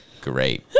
great